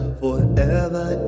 forever